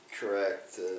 correct